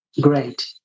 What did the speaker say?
great